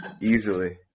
Easily